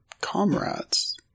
comrades